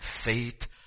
faith